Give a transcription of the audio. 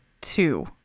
two